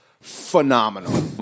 phenomenal